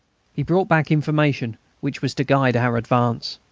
he brought back information which was to guide our advance.